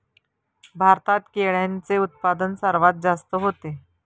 भारतात केळ्यांचे उत्पादन सर्वात जास्त होते